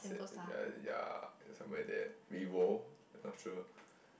it's at yeah somewhere there Vivo not sure